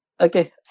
Okay